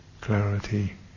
clarity